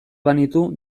banitu